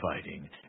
fighting